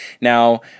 Now